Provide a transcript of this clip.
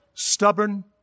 Stubborn